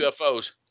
ufos